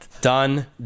Done